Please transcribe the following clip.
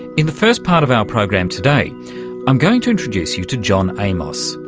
in the first part of our program today i'm going to introduce you to john amos,